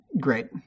great